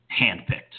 handpicked